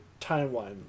timeline